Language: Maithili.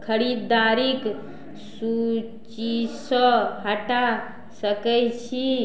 खरिदारीके सूचीसँ हटा सकै छी